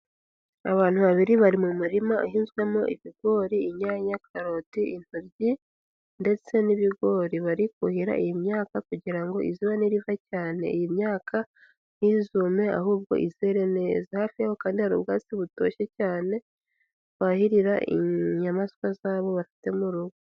Abantu babiri bari mu mirima ihinzwemo ibigori, inyanya, karotim intoryi ndetse n'ibigori, bari kuhira iyi myaka kugira ngo izuba ni riva cyane iyi myaka ntizume ahubwo izere neza, hafi yaho kandi hari ubwatsi butoshye cyane bahirira inyamaswa zabo bafite mu rugo.